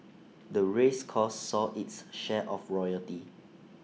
the race course saw its share of royalty